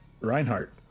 Reinhardt